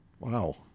Wow